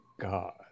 God